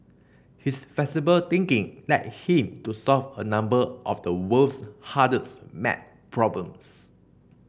his flexible thinking led him to solve a number of the world's hardest maths problems